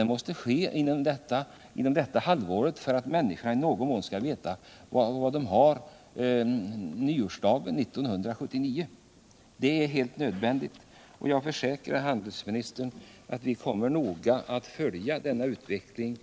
Det måste vi få besked om inom detta halvår för att människorna i någon mån skall veta vad de har nyårsdagen 1979. Det är helt nödvändigt. Jag försäkrar handelsministern att vi kommer att noga följa denna utveckling